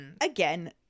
again